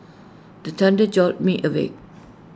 the thunder jolt me awake